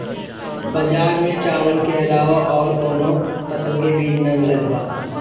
बजार में चावल के अलावा अउर कौनो फसल के बीज ना मिलत बा